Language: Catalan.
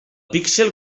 píxel